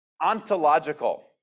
Ontological